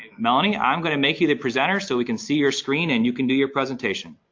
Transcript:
melanie, i'm going to make you the presenter so we can see your screen, and you can do your presentation.